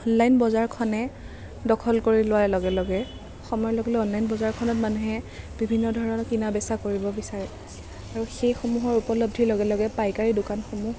online বজাৰ খনে দখল কৰি লোৱাৰ লগে লগে সময়ৰ লগে লগে অনলাইন বজাৰখনত মানুহে বিভিন্ন ধৰণৰ কিনা বেচা কৰিব বিচাৰে আৰু সেইসমূহৰ উপলব্ধিৰ লগে লগে পাইকাৰী দোকানসমূহ